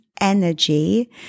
energy